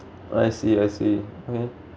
I see I see okay